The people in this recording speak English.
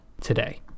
today